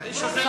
דברים ברורים,